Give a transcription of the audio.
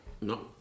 No